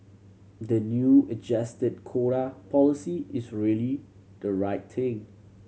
the new adjusted quota policy is really the right thing